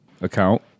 account